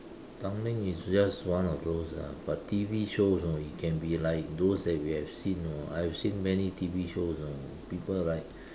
Tanglin is just one of those ah but T_V shows you know it can be like those that we have seen you know I have seen many T_V shows you know people like